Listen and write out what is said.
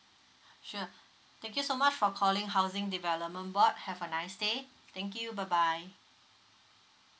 sure thank you so much for calling housing development board have a nice day thank you bye bye